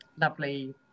lovely